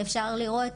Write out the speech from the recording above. ואפשר לראות,